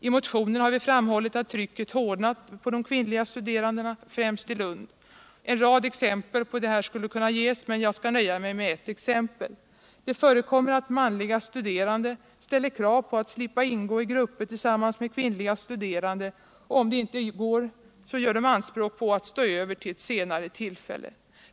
I motionen har vi framhållit att trycket hårdnat på de kvinnliga studerandena, främst i Lund. En rad exempel på detta skulle kunna ges, men jag skall nöja mig med ett exempel. Det förekommer att manliga studerande ställer krav på att slippa ingå i grupper tillsammans med kvinnliga studerande, och om det inte går gör de anspråk på att stå över till eu senare tillfälle.